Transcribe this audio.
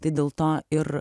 tai dėl to ir